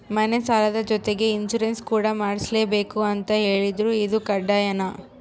ಮನೆ ಸಾಲದ ಜೊತೆಗೆ ಇನ್ಸುರೆನ್ಸ್ ಕೂಡ ಮಾಡ್ಸಲೇಬೇಕು ಅಂತ ಹೇಳಿದ್ರು ಇದು ಕಡ್ಡಾಯನಾ?